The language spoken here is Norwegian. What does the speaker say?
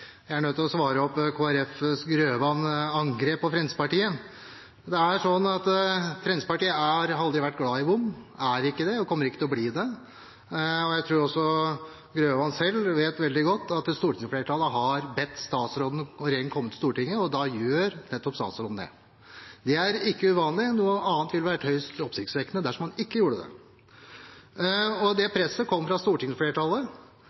Jeg er nødt til å svare på Kristelig Folkeparti-representanten Grøvans angrep på Fremskrittspartiet. Det er sånn at Fremskrittspartiet aldri har vært glad i bompenger, ikke er det og kommer ikke til å bli det. Jeg tror også Grøvan selv vet veldig godt at stortingsflertallet har bedt statsråden om å komme til Stortinget, og da gjør statsråden nettopp det. Det er ikke uvanlig. Noe annet ville vært høyst oppsiktsvekkende, dersom han ikke gjorde det. Det presset kom fra stortingsflertallet.